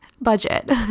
budget